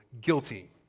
guilty